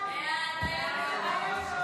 לדיון בוועדת הכלכלה